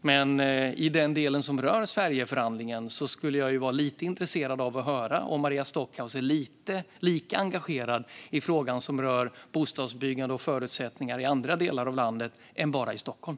Men i den del som rör Sverigeförhandlingen är jag intresserad av att höra om Maria Stockhaus är lika engagerad i frågan som rör bostadsbyggande och förutsättningar i andra delar av landet än bara Stockholm.